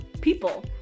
people